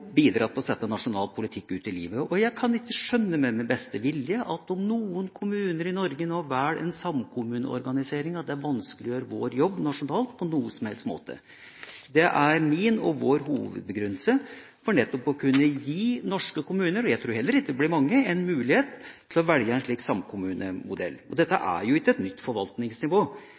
til å sette nasjonal politikk ut i livet. Jeg kan ikke med min beste vilje skjønne at det at noen kommuner i Norge velger en samkommuneorganisering, på noen som helst måte vanskeliggjør vår jobb nasjonalt. Det er min, og vår, hovedbegrunnelse for nettopp å kunne gi norske kommuner – jeg tror heller ikke det blir mange – en mulighet til å velge en slik samkommunemodell. Dette er jo ikke et nytt forvaltningsnivå.